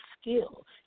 skill